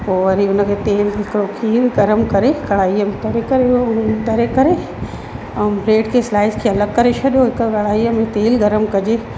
पोइ वरी उन खे तईअ में खीरु गरम करे कढ़ाईअ में तरे करे उहो तरे करे ऐं ब्रेड खे स्लाइस थियल करे छॾियो हिकु कढ़ाईअ में तेल गरम कजे